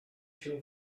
się